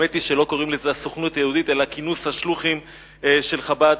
האמת היא שלא קוראים לזה "הסוכנות היהודית" אלא כינוס השלוחים של חב"ד.